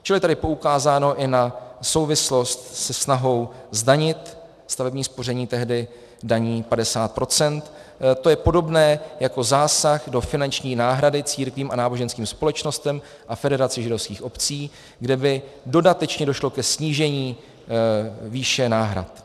Čili je tady poukázáno i na souvislost se snahou zdanit stavební spoření tehdy daní 50 %, to je podobné jako zásah do finanční náhrady církvím a náboženským společnostem a Federaci židovských obcí, kde by dodatečně došlo ke snížení výše náhrad.